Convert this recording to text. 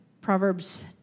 Proverbs